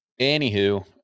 anywho